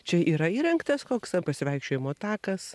čia yra įrengtas koks ar pasivaikščiojimo takas